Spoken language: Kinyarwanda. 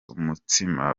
umutsima